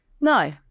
No